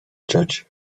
judge